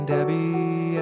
Debbie